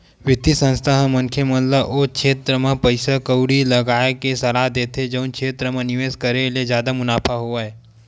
बित्तीय संस्था ह मनखे मन ल ओ छेत्र म पइसा कउड़ी लगाय के सलाह देथे जउन क्षेत्र म निवेस करे ले जादा मुनाफा होवय